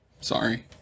Sorry